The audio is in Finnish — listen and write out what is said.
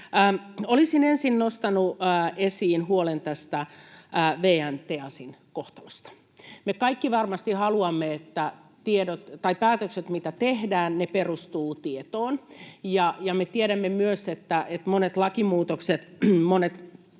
Olisin ensin nostanut esiin huolen tästä VN TEASin kohtalosta. Me kaikki varmasti haluamme, että päätökset, mitä tehdään, perustuvat tietoon. Me tiedämme myös, että monet lakimuutokset, monet